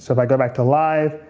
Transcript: so if i go back to live,